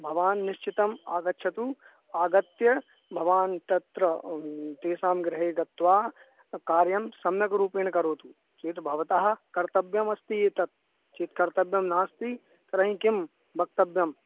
भवान् निश्चितम् आगच्छतु आगत्य भवान् तत्र तेषां गृहे गत्वा कार्यं सम्यग्रूपेण करोतु चेत् भवतः कर्तव्यमस्ति एतत् चित् कर्तव्यं नास्ति तर्हि किं वक्तव्यम्